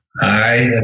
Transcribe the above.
Hi